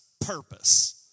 purpose